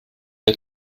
der